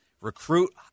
recruit